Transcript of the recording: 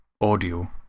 audio